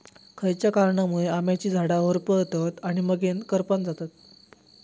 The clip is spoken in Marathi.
खयच्या कारणांमुळे आम्याची झाडा होरपळतत आणि मगेन करपान जातत?